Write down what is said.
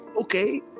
Okay